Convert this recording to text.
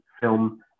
film